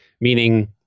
meaning